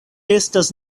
estas